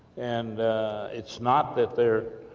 and it's not that they're,